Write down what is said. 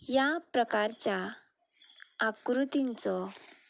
ह्या प्रकारांच्या आकृतींचो